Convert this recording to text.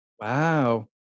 Wow